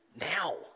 now